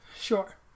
Sure